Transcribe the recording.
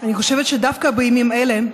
אני חושבת שדווקא בימים אלה,